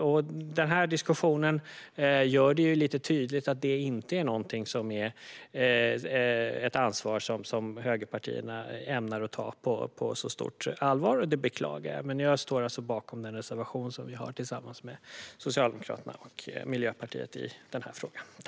Dagens diskussion gör det tydligt att detta är ett ansvar som högerpartierna inte ämnar ta på särskilt stort allvar, vilket jag beklagar. Jag står bakom den reservation som vi har tillsammans med Socialdemokraterna och Miljöpartiet.